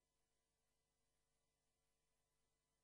ואם